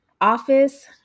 office